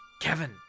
Kevin